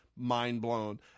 mind-blown